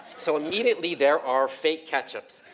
so immediately there are fake ketchups.